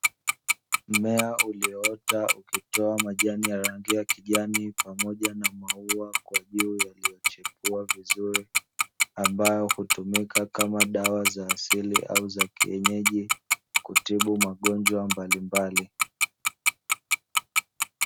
Mmea ulioota ukitoa majani ya rangi ya kijani pamoja na maua kwa juu, yaliyochipua vizuri ambayo hutumika kama dawa za asili au za kienyeji, kutibu magonjwa mbalimbali.